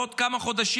בעוד כמה חודשים,